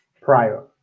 prior